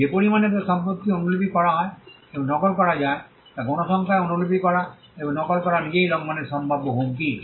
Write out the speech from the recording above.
যে পরিমাণে তার সম্পত্তি অনুলিপি করা যায় এবং নকল করা যায় তা গণসংখ্যায় অনুলিপি করা এবং নকল করা নিজেই লঙ্ঘনের সম্ভাব্য হুমকি